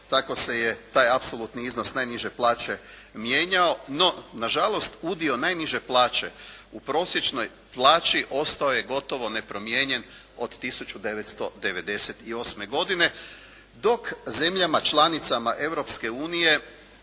tako se je taj apsolutni iznos najniže plaće mijenjao. No, nažalost udio najniže plaće u prosječnoj plaći ostao je gotovo nepromijenjen od 1998. godine. Dok zemljama članicama